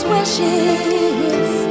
wishes